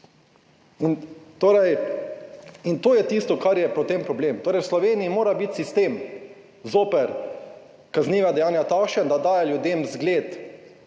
in to je tisto, kar je potem problem, torej v Sloveniji mora biti sistem zoper kazniva dejanja takšen, da daje ljudem zgled,